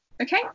okay